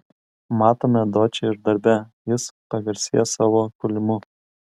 matome dočį ir darbe jis pagarsėja savo kūlimu